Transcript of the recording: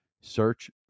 Search